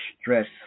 stress